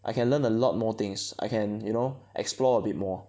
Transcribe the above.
I can learn a lot more things I can you know explore a bit more